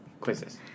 Quizzes